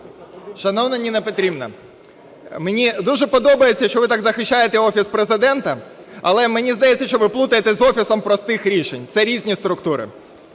Шановна Ніна Петрівна, мені дуже подобається, що ви так захищаєте Офіс Президента, але мені здається, що ви плутаєте з Офісом простих рішень. Це різні структури.